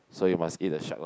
so you must eat the shark lah